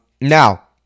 now